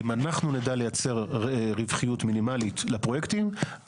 אם אנחנו נדע לייצר רווחיות מינימלית לפרויקטים,